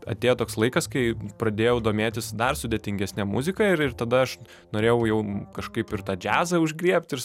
atėjo toks laikas kai pradėjau domėtis dar sudėtingesne muzika ir ir tada aš norėjau jau kažkaip ir tą džiazą užgriebt ir